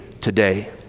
today